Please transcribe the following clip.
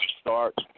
start